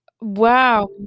Wow